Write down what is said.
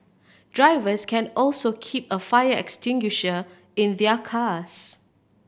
drivers can also keep a fire extinguisher in their cars